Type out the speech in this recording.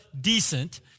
decent